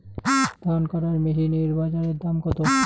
ধান কাটার মেশিন এর বাজারে দাম কতো?